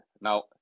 Now